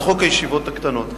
את חוק הישיבות הקטנות.